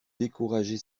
décourager